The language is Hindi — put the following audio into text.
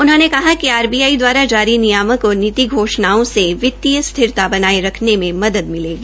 उन्होंने कहा कि आर औ आई दवारा जारी नियामक और नीति घोषणाओं से वित्तीय स्थिरता बनाये रखने में सहायता मिलेगी